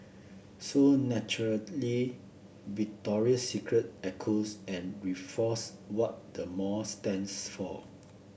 so naturally Victoria's Secret echoes and reinforce what the mall stands for